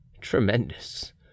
tremendous